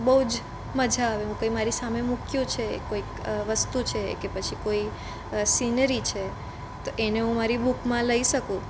બહુ જ મજા આવે હુ કંઇ મારી સામે મૂક્યું છે કોઈક વસ્તુ છે કે પછી કોઈ સીનરી છે તો એને હું મારી બુકમાં લઈ શકું